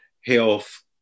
health